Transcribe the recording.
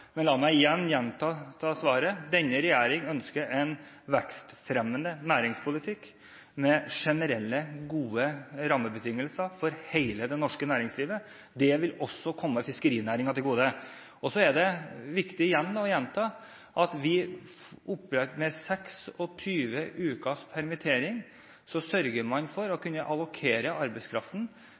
Men la meg gjenta svaret: Denne regjering ønsker en vekstfremmende næringspolitikk med generelle, gode rammebetingelser for hele det norske næringslivet. Det vil også komme fiskerinæringen til gode. Så er det viktig igjen å gjenta at vi med 26 ukers permittering sørger for å kunne allokere arbeidskraften.